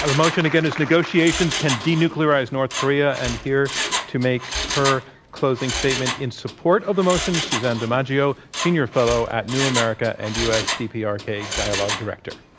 ah motion again is negotiations can denuclearize north korea and here to make her closing statement in support of the motion is suzanne dimaggio, senior fellow at new america and usdprk dialogue director.